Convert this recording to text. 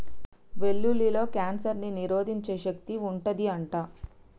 వెల్లుల్లిలో కాన్సర్ ని నిరోధించే శక్తి వుంటది అంట